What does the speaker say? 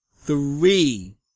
three